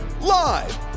Live